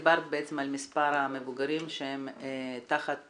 אחת, דיברת על מספר המבוגרים שהם תחת